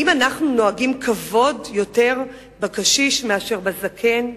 האם אנחנו נוהגים יותר כבוד בקשיש מאשר בזקן?